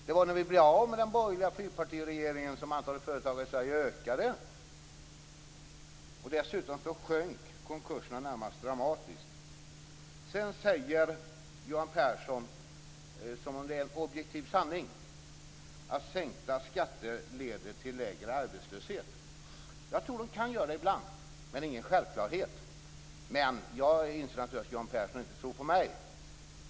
Det var när vi blev av med den borgerliga fyrpartiregeringen som antalet företagare i Sverige ökade. Dessutom sjönk antalet konkurser närmast dramatiskt. Sedan säger Johan Pehrson som en objektiv sanning att sänkta skatter leder till lägre arbetslöshet. Jag tror att de kan göra det ibland, men det är ingen självklarhet. Jag inser naturligtvis att Johan Pehrson inte tror på mig.